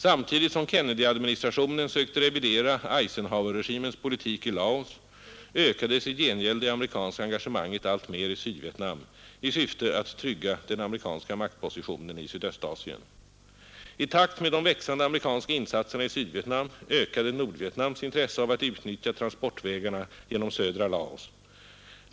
Samtidigt som Kennedyadministrationen sökte revidera Eisenhowerregimens politik i Laos ökades i gengäld det amerikanska engagemanget alltmer i Sydvietnam i syfte att trygga den amerikanska maktpositionen i Sydöstasien. I takt med de växande amerikanska insatserna i Sydvietnam ökade Nordvietnams intresse av att utnyttja transportvägarna genom södra Laos.